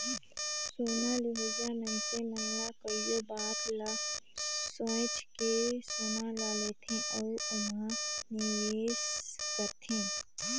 सोना लेहोइया मइनसे मन कइयो बात ल सोंएच के सोना ल लेथे अउ ओम्हां निवेस करथे